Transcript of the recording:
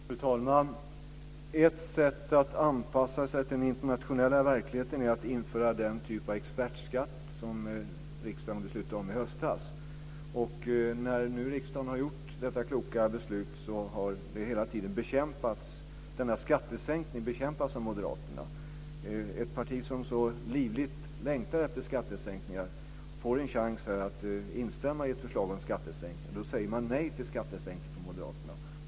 Fru talman! Ett sätt att anpassa sig till den internationella verkligheten är att införa den typ av expertskatt som riksdagen beslutade om i höstas. Sedan riksdagen fattade detta kloka beslut har denna skattesänkning bekämpats av moderaterna. Ett parti som så ivrigt längtar efter skattesänkningar får här en chans att instämma i ett förslag om skattesänkningar, men man säger nej till skattesänkningar från moderaternas sida.